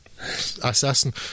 assassin